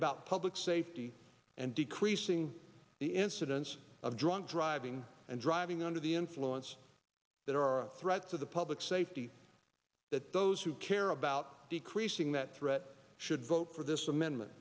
about public safety and decreasing the incidence of drunk driving and driving under the influence that are a threat to the public safety that those who care about decreasing that threat should vote for this amendment